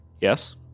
Yes